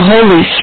Holy